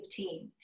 15